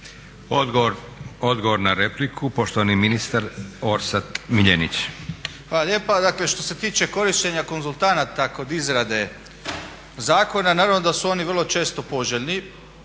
Odgovor na repliku poštovani ministar Orsat Miljenić. **Miljenić, Orsat** Hvala lijepa. Dakle što se tiče korištenja konzultanata kod izrade zakona, naravno da su oni vrlo često poželjni.